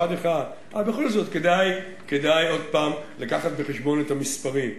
אבל בכל זאת כדאי עוד פעם להביא בחשבון את המספרים.